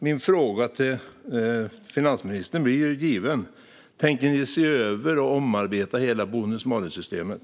Min fråga till finansministern är given: Tänker ni se över och omarbeta hela bonus-malus-systemet?